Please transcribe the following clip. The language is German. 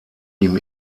ihm